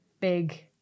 big